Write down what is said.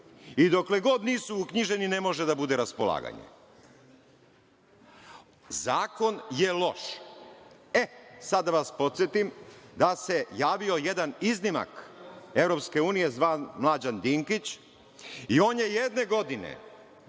i dokle god nisu uknjiženi, ne može da bude raspolaganje. Zakon je loš. E, sad da vas podsetim, da se javio jedan iznimak EU zvan Mlađan Dinkić i on je jedne godine